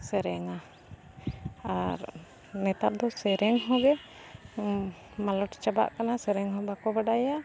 ᱥᱮᱨᱮᱧᱟ ᱟᱨ ᱱᱮᱛᱟᱨ ᱫᱚ ᱥᱮᱨᱮᱧ ᱦᱚᱸᱜᱮ ᱢᱟᱞᱚᱴ ᱪᱟᱵᱟᱜ ᱠᱟᱱᱟ ᱥᱮᱨᱮᱧ ᱦᱚᱸ ᱵᱟᱠᱚ ᱵᱟᱰᱟᱭᱟ